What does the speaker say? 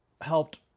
helped